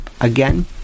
again